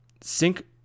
Sync